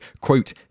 quote